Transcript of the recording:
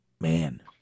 Man